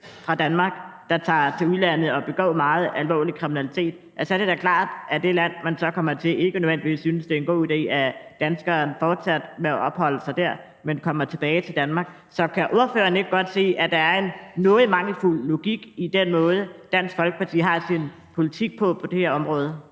fra Danmark, der tog til udlandet og begik meget alvorlig kriminalitet, så ville det da være klart, at det land, vedkommende opholdt sig i, ikke nødvendigvis syntes, det var en god idé, at danskeren fortsat opholdt sig der, men skulle vende tilbage til Danmark. Så kan ordføreren ikke godt se, at der er en noget mangelfuld logik i den måde, Dansk Folkeparti fører sin politik på på det her område?